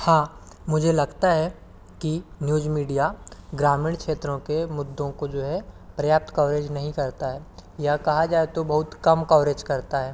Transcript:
हाँ मुझे लगता है कि न्यूज मीडिया ग्रामीण क्षेत्रों के मुद्दों को जो है पर्याप्त कवरेज नहीं करता है या कहा जाए तो बहुत कम कवरेज करता है